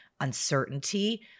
uncertainty